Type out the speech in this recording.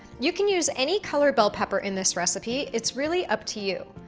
you can use any color bell pepper in this recipe. it's really up to you.